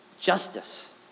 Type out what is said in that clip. Justice